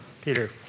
Peter